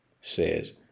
Says